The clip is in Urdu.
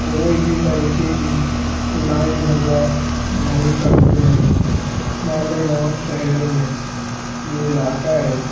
کوئی بھی طریقے کی لڑائی جھگڑا نہیں کرتے ہیں مالیگاؤں شہر میں یہ علاقہ ہے